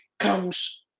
comes